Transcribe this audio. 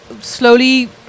slowly